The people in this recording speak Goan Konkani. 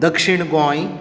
दक्षिण गोंय